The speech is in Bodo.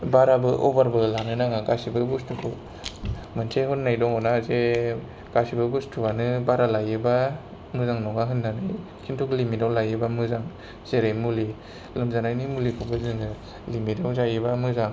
बाराबो ओबारबो लानो नाङा गासिबो बुस्तुखौ मोनसे होननाय दङ' ना जे गासिबो बुस्तुवानो बारा लायोबा मोजां नङा होननानै किन्तु लिमिताव लायोबा मोजां जेरै मुलि लोमजानायनि मुलिखौबो जोङो लिमिताव जायोबा मोजां